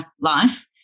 life